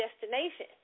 destination